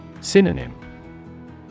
Synonym